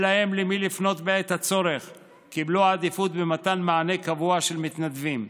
להם למי לפנות בעת הצורך קיבלו עדיפות במתן מענה קבוע של מתנדבים.